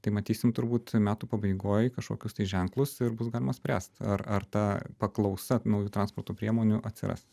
tai matysim turbūt metų pabaigoj kažkokius tai ženklus ir bus galima spręst ar ar ta paklausa naujų transporto priemonių atsiras